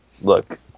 Look